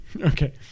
Okay